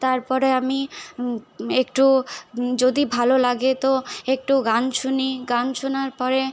তারপরে আমি একটু যদি ভালো লাগে তো একটু গান শুনি গান শোনার পরে